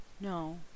no